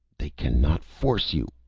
they cannot force you.